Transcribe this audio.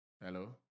Hello